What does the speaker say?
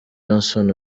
johnson